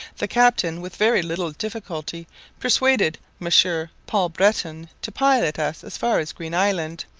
the captain with very little difficulty persuaded monsieur paul breton to pilot us as far as green island,